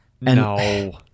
No